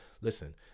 listen